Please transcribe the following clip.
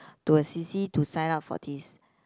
to a C_C to sign up for this